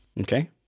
Okay